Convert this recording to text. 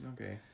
Okay